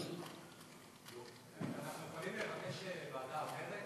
ואנחנו צריכים לחשוב גם עליהם.